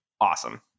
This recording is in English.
awesome